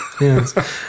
Yes